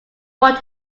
want